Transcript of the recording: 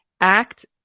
act